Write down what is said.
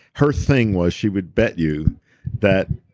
her thing was she would bet you that,